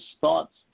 thoughts